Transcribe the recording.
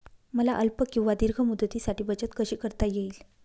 मला अल्प किंवा दीर्घ मुदतीसाठी बचत कशी करता येईल?